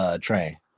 train